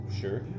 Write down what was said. Sure